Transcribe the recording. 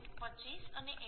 25 અને 1